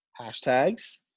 Hashtags